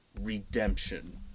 redemption